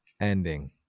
ending